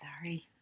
Sorry